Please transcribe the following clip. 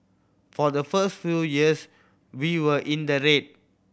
for the first few years we were in the red